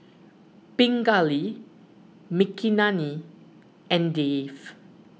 Pingali Makineni and Dev